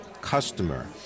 customer